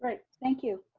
thank you,